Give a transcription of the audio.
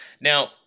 Now